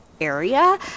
area